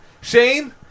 Shane